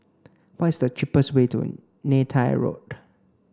what is the cheapest way to Neythai Road